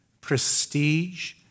prestige